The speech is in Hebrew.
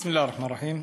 בסם אללה א-רחמאן א-רחים.